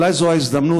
אולי זו ההזדמנות,